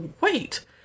wait